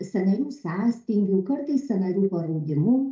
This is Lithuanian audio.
sąnarių sąstingiu kartais sąnarių paraudimu